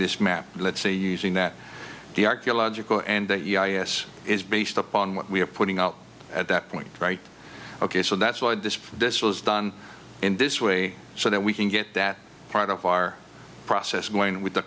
this map let's say using that the archaeological and yes is based upon what we're putting out at that point right ok so that's why despite this was done in this way so that we can get that part of our process going with